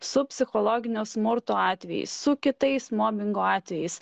su psichologinio smurto atvejai su kitais mobingo atvejais